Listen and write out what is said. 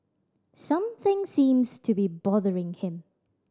something seems to be bothering him